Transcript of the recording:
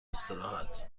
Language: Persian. استراحت